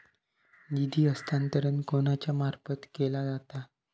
निधी हस्तांतरण कोणाच्या मार्फत केला जाता?